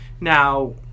now